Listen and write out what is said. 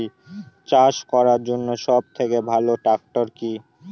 চাষ করার জন্য সবথেকে ভালো ট্র্যাক্টর কি?